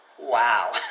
wow